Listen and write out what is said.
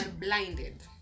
blinded